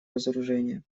разоружения